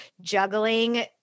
juggling